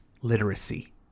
literacy